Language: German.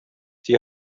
die